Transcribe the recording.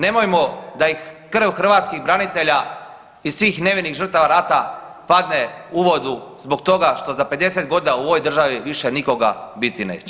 Nemojmo da ih krv hrvatskih branitelja i svih nevinih žrtava rata padne u vodu zbog toga što za 50 godina u ovoj državi više nikoga biti neće.